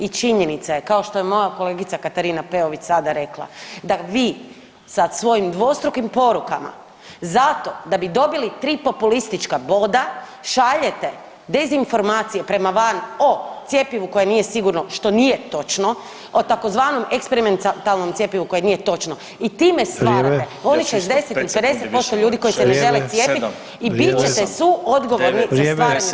I činjenica je kao što je moja kolegica Katarina Peović sada rekla da vi sa svojim dvostrukim porukama zato da bi dobili 3 populistička boda šaljete dezinformacije prema van o cjepivu koje nije sigurno, što nije točno, o tzv. eksperimentalnom cjepivu, koje nije točno i time stvarate onih 60 i 50% ljudi koji se ne žele cijepit i bit ćete suodgovorni za stvaranje takve klime.